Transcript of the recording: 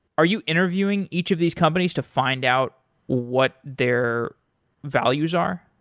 are you interviewing each of these companies to find out what their values are?